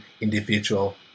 individual